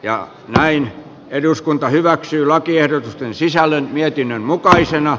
ja näin eduskunta hyväksyy lakiehdotusten sisällön mietinnön mukaisena